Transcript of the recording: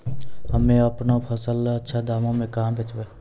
हम्मे आपनौ फसल अच्छा दामों मे कहाँ बेचबै?